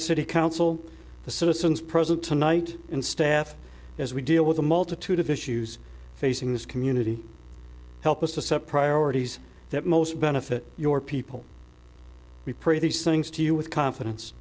city council the citizens present tonight in staff as we deal with a multitude of issues facing this community help us to set priorities that most benefit your people we pray these things to you with confidence